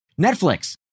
Netflix